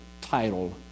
title